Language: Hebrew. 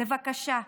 בבקשה,